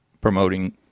promoting